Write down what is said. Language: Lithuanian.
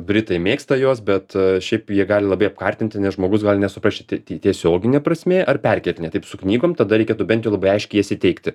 britai mėgsta juos bet šiaip jie gali labai apkartinti nes žmogus gali nesuprast čia tie tiesioginė prasmė ar perkeltinė taip su knygom tada reikėtų bent labai aiškiai jas įteikti